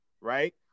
right